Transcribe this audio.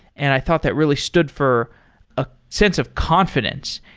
and i thought that really stood for a sense of confidence,